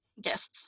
guests